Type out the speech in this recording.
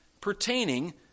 pertaining